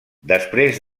després